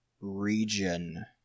region